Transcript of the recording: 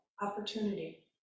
opportunity